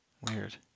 Weird